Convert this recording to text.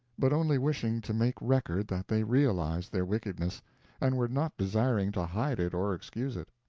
but only wishing to make record that they realized their wickedness and were not desiring to hide it or excuse it.